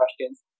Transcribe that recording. questions